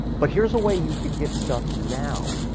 but here's a way you could get stuff now.